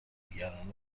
دیگران